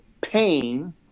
pain